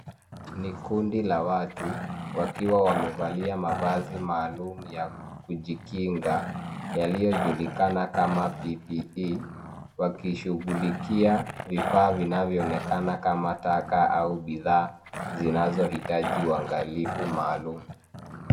Ni kundi la watu wakiwa wamevalia mavazi maalum ya kujikinga yaliyojulikana kama PPE wakishughulikia vifaa vinavyoonekana kama taka au bidhaa zinazoitaji uangalifu maalum.